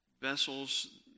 vessels